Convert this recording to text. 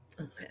Okay